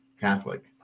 Catholic